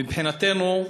מבחינתנו,